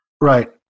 Right